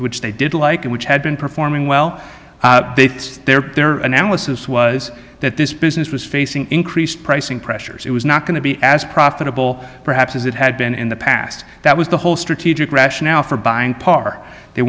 which they did like and which had been performing well their their analysis was that this business was facing increased pricing pressures it was not going to be as profitable perhaps as it had been in the past that was the whole strategic rationale for buying part they